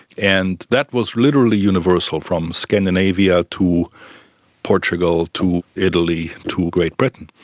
and that was literally universal, from scandinavia to portugal to italy to great britain.